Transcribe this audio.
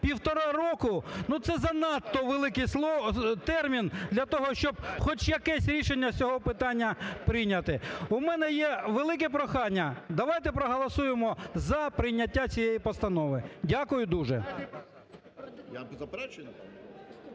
півтора року, ну, це занадто великий термін для того, щоб хоч якесь рішення з цього питання прийняте. У мене є велике прохання: давайте проголосуємо за прийняття цієї постанови. Дякую дуже.